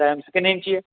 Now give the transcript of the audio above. ਸੈਮ ਕਿੰਨੀ ਇੰਚੀ ਆ